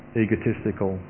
egotistical